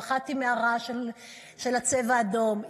פחדתי מהרעש של הצבע האדום.